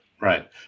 right